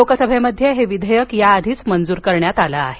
लोकसभेमध्ये हे विधेयक आधीच मंजूर करण्यात आलं आहे